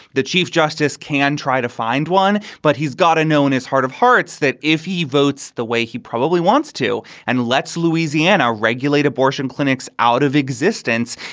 the chief justice can try to find one, but he's got to known as heart of hearts that if he votes the way he probably wants to and lets louisiana regulate abortion clinics out of existence,